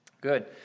good